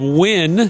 win